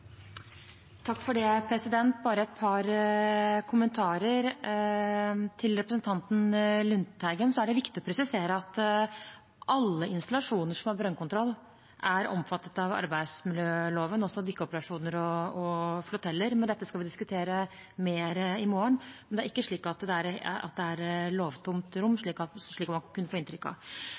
viktig å presisere at alle installasjoner som har brønnkontroll, er omfattet av arbeidsmiljøloven, også dykkeoperasjoner og floteller. Dette skal vi diskutere mer i morgen, men det er ikke et lovtomt rom, slik man kunne få inntrykk av. Til representanten Bergstø, som var innom det som går på oppsigelser i olje- og gassektoren og innleie: For en sektor som nå har opplevd at